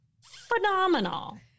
phenomenal